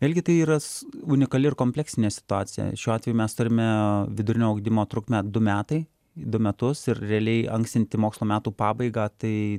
vėlgi tai yra unikali ir kompleksinė situacija šiuo atveju mes turime vidurinio ugdymo trukmę du metai du metus ir realiai ankstinti mokslo metų pabaigą tai